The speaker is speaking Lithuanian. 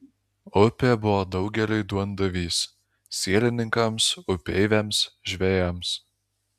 upė buvo daugeliui duondavys sielininkams upeiviams žvejams